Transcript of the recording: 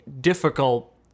difficult